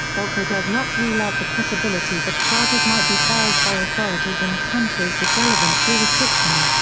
volcker does not rule out the possibility that charges might be filed by authorities in countries with relevant jurisdiction.